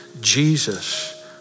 Jesus